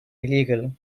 illegal